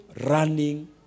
running